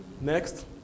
next